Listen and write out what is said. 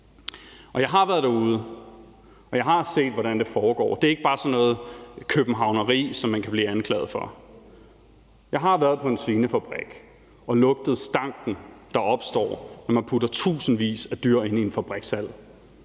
Jeg har været derude, og jeg har set, hvordan det foregår. Det er ikke bare sådan noget københavneri, som man kan blive anklaget for. Jeg har været på en svinefabrik og lugtet stanken, der opstår, når man putter tusindvis af dyr ind i en fabrikshal.